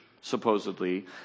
supposedly